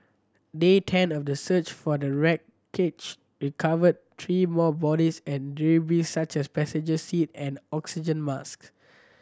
day ten of the search for the wreckage recovered three more bodies and debris such as passenger seat and oxygen mask